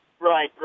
Right